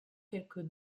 quelque